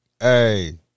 Hey